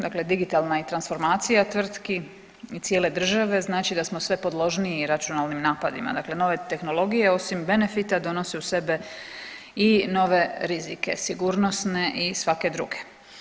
Dakle, digitalna i transformacija tvrtki i cijele države, znači da smo sve podložniji i računalnim napadima dakle nove tehnologije osim benefita donose uz sebe i nove rizike sigurnosne i svake druge.